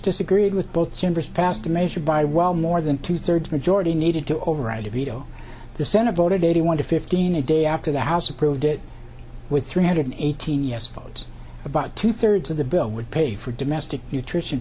disagreed with both chambers passed the measure by well more than two thirds majority needed to override a veto the senate voted eighty one to fifteen a day after the house approved it with three hundred eighteen yes votes about two thirds of the bill would pay for domestic nutrition